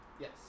yes